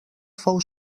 fou